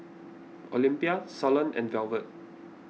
Olympia Suellen and Velvet